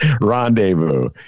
rendezvous